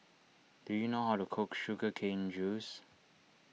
do you know how to cook Sugar Cane Juice